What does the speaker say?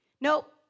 nope